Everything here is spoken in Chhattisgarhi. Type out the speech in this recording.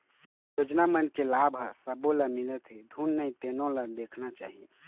योजना मन के लाभ ह सब्बो ल मिलत हे धुन नइ तेनो ल देखना चाही